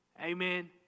Amen